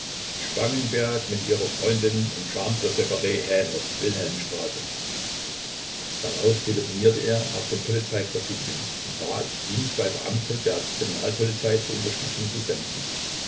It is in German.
spangenberg mit ihrer freundin im chambre spare haenel wilhelmstraße darauf telefonierte er nach dem polizeipräsidium und bat ihm zwei beamte der kriminalpolizei zur unterstützung zu senden